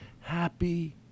Happy